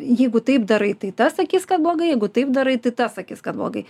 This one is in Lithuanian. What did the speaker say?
jeigu taip darai tai tas sakys kad blogai jeigu taip darai tai tas sakys kad blogai